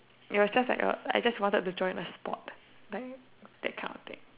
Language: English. it was just like a I just wanted to join a sport like that kind of thing